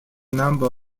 number